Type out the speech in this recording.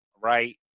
right